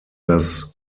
das